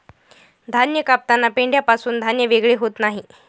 धान्य कापताना पेंढ्यापासून धान्य वेगळे होत नाही